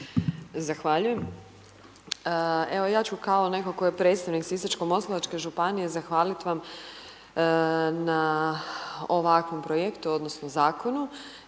Zahvaljujem. Evo, ja ću kao netko tko je predstavnik Sisačko-moslavačke županije zahvalit vam na ovakvom projektu odnosno zakonu